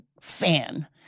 fan